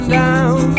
down